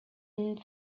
une